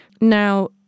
Now